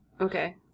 Okay